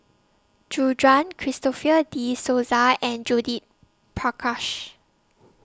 Gu Juan Christopher De Souza and Judith Prakash